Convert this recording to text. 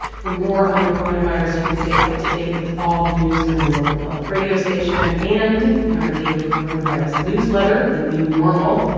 for more on the coronavirus, you can stay up to date with all the news on your local public radio station and in our daily coronavirus newsletter the new normal.